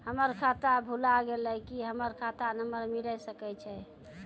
हमर खाता भुला गेलै, की हमर खाता नंबर मिले सकय छै?